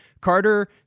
Carter